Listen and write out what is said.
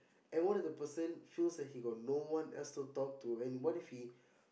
and what if the person feels that he got no one else to talk to and what if he